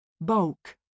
Bulk